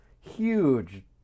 Huge